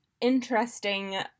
interesting